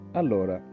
allora